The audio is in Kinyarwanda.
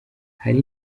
hari